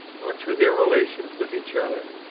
or to their relations with each other.